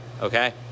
Okay